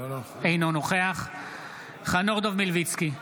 אינו נוכח חנוך דב מלביצקי,